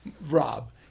Rob